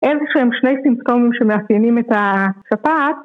אין לכם שני סימפטומים שמאפיינים את ה... שפעת.